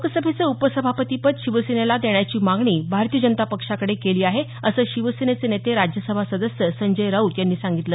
लोकसभेचं उपसभापतीपद शिवसेनेला देण्याची मागणी भारतीय जनता पक्षाकडे केली आहे असं शिवसेनेचे नेते राज्यसभा सदस्य संजय राऊत यांनी सांगितलं